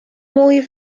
mooie